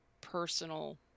personal